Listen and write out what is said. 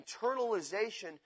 internalization